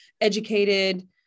educated